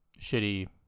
shitty